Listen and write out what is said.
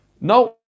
No